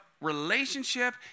relationship